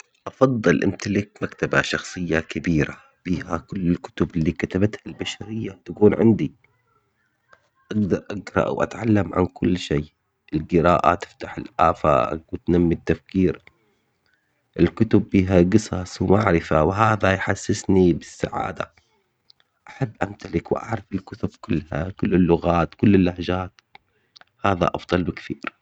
افضل امتلك مكتبة شخصية كبيرة فيها كل الكتب اللي كتبتها البشرية تكون عندي. ابدأ اقرأ او اتعلم عن كل شيء. القراءة تفتح الافاق وتنمي التفكير. الكتب فيها قصص ومعرفة وهذا يحسسني بالسعادة امتلك واعرف الكتب كلها كل اللغات كل اللهجات. هاظا افضل بكثير